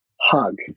hug